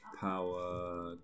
power